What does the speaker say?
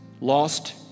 lost